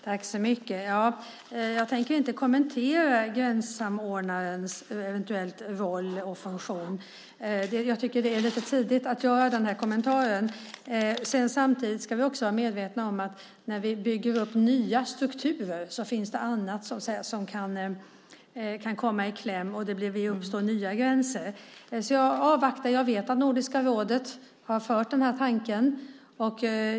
Fru talman! Jag tänker inte kommentera gränssamordnarens eventuella roll och funktion. Det är lite för tidigt för det. Vi ska samtidigt vara medvetna om att när vi bygger upp nya strukturer finns det annat som kan komma i kläm, och det uppstår nya gränser. Jag avvaktar därför. Jag vet att Nordiska rådet har haft denna tanke.